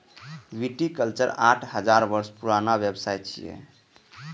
viticulture आठ हजार वर्ष पुरान व्यवसाय छियै